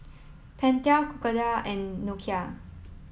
Pentel Crocodile and Nokia